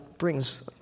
brings